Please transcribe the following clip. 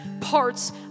parts